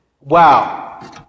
wow